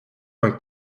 vingt